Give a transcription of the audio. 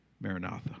maranatha